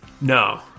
No